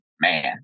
man